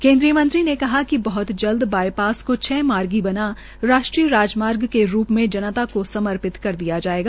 केन्द्रीय मंत्री ने कहा कि बहत जल्द बाइपास को छ मार्गी बना राष्ट्रीय राजमार्ग के रूप में जनता को समर्पित कर दिया जाएगा